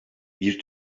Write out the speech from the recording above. bir